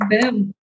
Boom